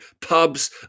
pubs